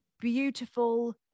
beautiful